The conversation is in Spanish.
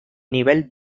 nivel